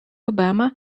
obama